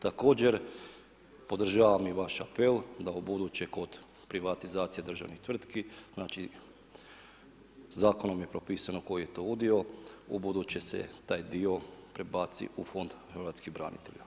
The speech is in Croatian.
Također podržavam i vaš apel da ubuduće kod privatizacije državnih tvrtki znači zakonom je propisano koji je to udio, ubuduće se taj dio prebaci u Fond hrvatskih branitelja.